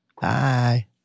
bye